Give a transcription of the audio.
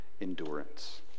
endurance